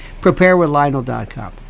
preparewithlionel.com